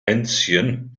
hänschen